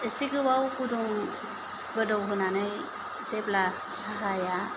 एसे गोबाव फुदुं गोदौ होनानै जेब्ला साहाया